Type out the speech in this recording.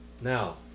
Now